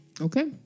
Okay